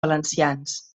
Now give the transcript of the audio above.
valencians